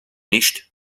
nicht